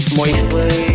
moistly